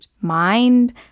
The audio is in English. mind